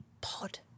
pod